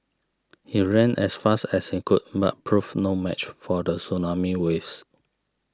he ran as fast as he could but proved no match for the tsunami waves